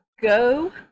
go